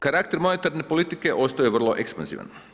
Karakter monetarne politike ostao je vrlo ekspanzivan.